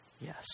yes